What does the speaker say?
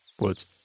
woods